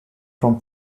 from